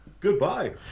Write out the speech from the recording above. Goodbye